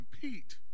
compete